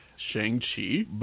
Shang-Chi